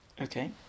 Okay